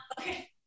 okay